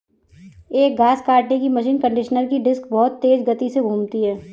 एक घास काटने की मशीन कंडीशनर की डिस्क बहुत तेज गति से घूमती है